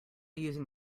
using